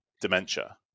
dementia